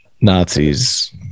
Nazis